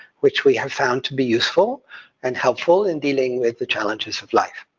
which we have found to be useful and helpful in dealing with the challenges of life.